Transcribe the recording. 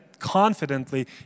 confidently